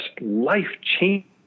life-changing